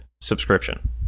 subscription